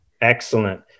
Excellent